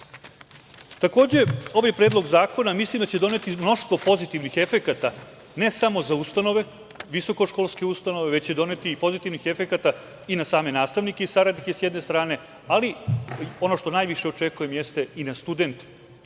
da će ovaj predlog zakona doneti mnoštvo pozitivnih efekata, ne samo za ustanove, visokoškolske ustanove, već će doneti pozitivne efekte i na same nastavnike i saradnice, sa jedne strane, ali ono što najviše očekujem, i na studente. Što